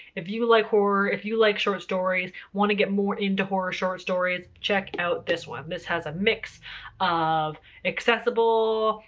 if you like horror. if you like short stories. want to get more into horror short stories? check out this one. this has a mix of accessible,